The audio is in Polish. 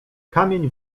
kamień